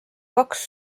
kaks